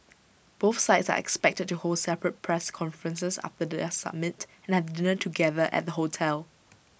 both sides are expected to hold separate press conferences after their A summit and have dinner together at the hotel